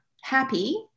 happy